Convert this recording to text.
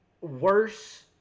worse